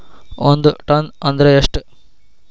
ಒಂದ್ ಟನ್ ಅಂದ್ರ ಎಷ್ಟ?